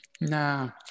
No